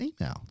email